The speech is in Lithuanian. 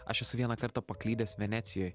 aš esu vieną kartą paklydęs venecijoj